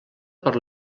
per